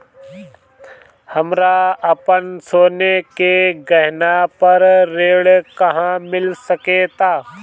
हमरा अपन सोने के गहना पर ऋण कहां मिल सकता?